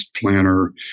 planner